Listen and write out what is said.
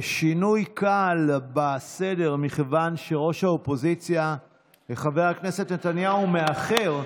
שינוי קל בסדר: מכיוון שראש האופוזיציה חבר הכנסת נתניהו מאחר,